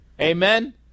Amen